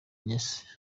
agnès